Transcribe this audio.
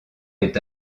est